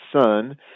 son